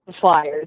Flyers